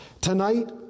Tonight